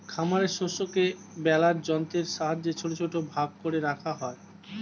খামারের শস্যকে বেলার যন্ত্রের সাহায্যে ছোট ছোট ভাগ করে রাখা হয়